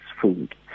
food